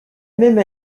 même